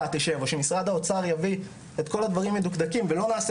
תשב או שמשרד האוצר יביא את כל הדברים מדוקדקים ולא נעשה